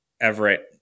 Everett